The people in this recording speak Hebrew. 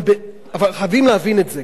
אבל חייבים להבין את זה.